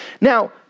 Now